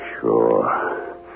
Sure